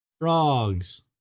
Frogs